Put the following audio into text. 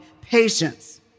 patience